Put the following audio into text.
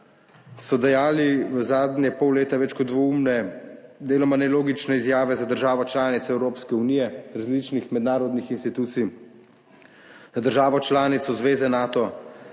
so dajali v zadnje pol leta več kot dvoumne, deloma nelogične izjave za državo članico Evropske unije, različnih mednarodnih institucij, za državo članico zveze Nato,